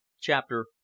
Chapter